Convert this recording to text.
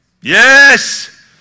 Yes